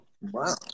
Wow